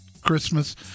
Christmas